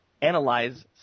analyze